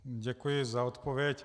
Děkuji za odpověď.